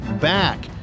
back